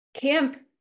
camp